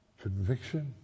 conviction